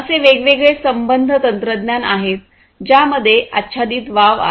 असे वेगवेगळे संबद्ध तंत्रज्ञान आहेत ज्यामध्ये आच्छादित वाव आहे